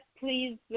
please